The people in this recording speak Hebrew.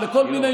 גם זאב אלקין,